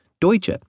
Deutsche